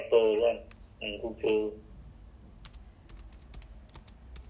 I don't know ah because like maybe I want to try Google ah but